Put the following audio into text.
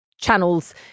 channels